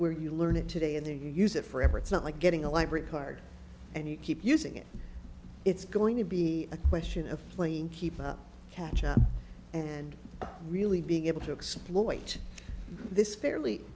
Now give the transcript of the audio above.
where you learn it today and then you use it forever it's not like getting a library card and you keep using it it's going to be a question of playing keep up catch up and really being able to exploit this fairly